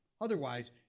Otherwise